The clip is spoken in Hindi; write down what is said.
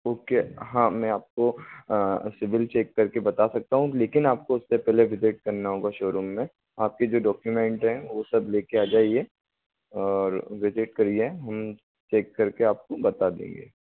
ओके हाँ मैं आपको सिविल चेक कर के बता सकता हूँ लेकिन आपको उससे पहले विज़िट करना होगा शोरूम में आपके जो डॉक्यूमेंट हैं वो सब ले कर आ जाइए और विज़िट करिए चेक कर के आपको बता देंगे